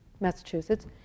Massachusetts